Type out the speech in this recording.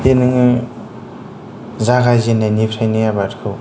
बे नोङो जागायजेननायनिफ्रायनो आबादखौ